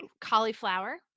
cauliflower